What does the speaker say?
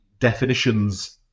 Definitions